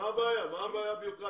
מה הבעיה הבירוקרטית?